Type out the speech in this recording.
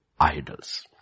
idols